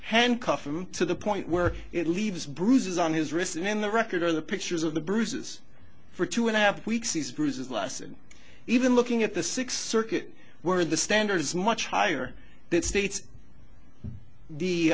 handcuff him to the point where it leaves bruises on his wrist and in the record are the pictures of the bruises for two and a half weeks these bruises lasted even looking at the sixth circuit where the standard is much higher that states